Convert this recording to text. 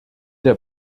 der